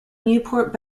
newport